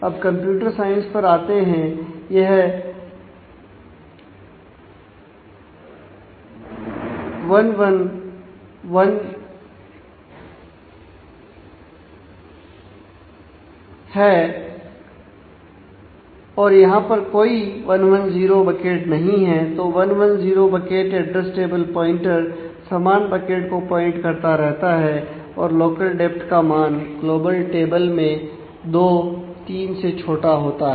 अब computer science पर आते हैं यह 1 1 1 है और यहां पर कोई 110 बकेट नहीं है तो 110 बकेट एड्रेस टेबल प्वाइंटर समान बकेट को पॉइंट करता रहता है और लोकल डेप्थ का मान ग्लोबल टेबल में 23 होता है